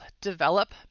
develop